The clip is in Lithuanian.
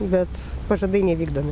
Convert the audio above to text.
bet pažadai nevykdomi